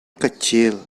kecil